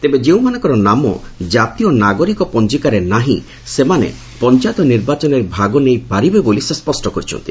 ତେବେ ଯେଉଁମାନଙ୍କର ନାମ ଜାତୀୟ ନାଗରିକ ପଞ୍ଜିକାରେ ନାହିଁ ସେମାନେ ପଞ୍ଚାୟତ ନିର୍ବାଚନରେ ଭାଗ ନେଇପାରିବେ ବୋଲି ସେ କହିଚ୍ଚନ୍ତି